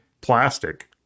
plastic